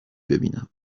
ببینم